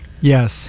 Yes